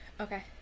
Okay